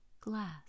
glass